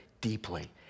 deeply